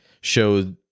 show